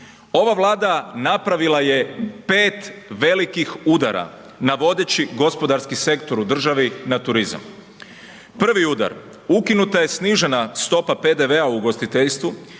Ova Vlada napravila je 5 velikih udara na vodeći gospodarski sektor u državi na turizam. Prvi udar, ukinuta je snižena stopa PDV-a u ugostiteljstvu